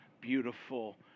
beautiful